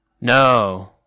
no